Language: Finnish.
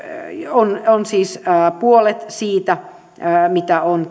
puolet siitä mitä on